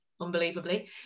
unbelievably